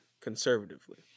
conservatively